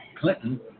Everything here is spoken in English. clinton